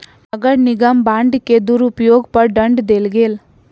नगर निगम बांड के दुरूपयोग पर दंड देल गेल